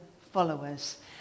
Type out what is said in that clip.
followers